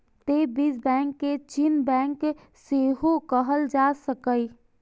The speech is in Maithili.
तें बीज बैंक कें जीन बैंक सेहो कहल जा सकैए